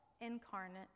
incarnate